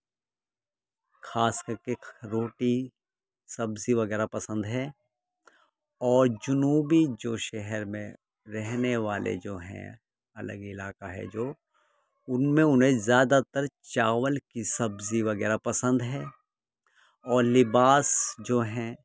خاص کر کے روٹی سبزی وغیرہ پسند ہے اور جنوبی جو شہر میں رہنے والے جو ہیں الگ علاقہ ہے جو ان میں انہیں زیادہ تر چاول کی سبزی وغیرہ پسند ہے اور لباس جو ہیں